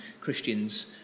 Christians